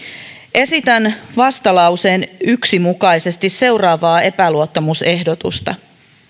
esitän vastalauseen yksi mukaisesti seuraavaa epäluottamusehdotusta